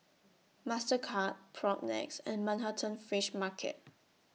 Mastercard Propnex and Manhattan Fish Market